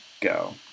go